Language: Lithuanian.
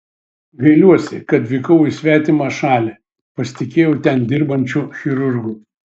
gailiuosi kad vykau į svetimą šalį pasitikėjau ten dirbančiu chirurgu